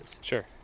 Sure